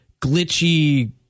glitchy